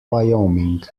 wyoming